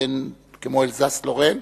כמו אלזס-לורן,